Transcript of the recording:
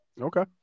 Okay